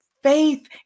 faith